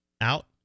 out